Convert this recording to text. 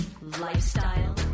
Lifestyle